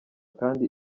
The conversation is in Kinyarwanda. kandi